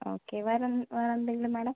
okay വേറെ എൻ വേറെ എന്തെങ്കിലും മേഡം